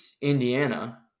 Indiana